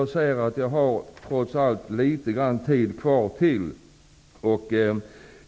Herr talman!